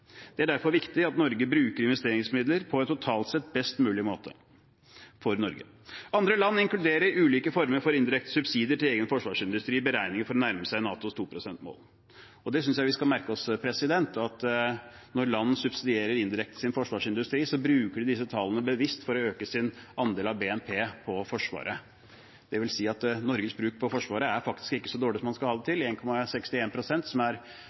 Det er derfor viktig at Norge bruker investeringsmidler på en totalt sett best mulig måte for Norge. Andre land inkluderer ulike former for indirekte subsidier til egen forsvarsindustri i beregninger for å nærme seg NATOs 2-prosentmål. Jeg synes vi skal merke oss at når land indirekte subsidierer sin forsvarsindustri, bruker de disse tallene bevisst for å øke sin andel av BNP på forsvaret. Det vil si at Norges bruk på Forsvaret, faktisk ikke er så dårlig som man skal ha det